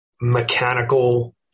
mechanical